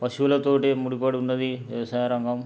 పశువులతో ముడిపడి ఉన్నది వ్యవసాయ రంగం